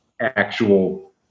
actual